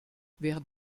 während